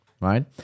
Right